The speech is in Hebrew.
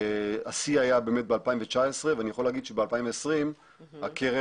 השיא היה באמת ב-2019 ואני יכול להגיד שב-2020 הקרן